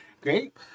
great